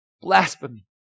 blasphemy